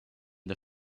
the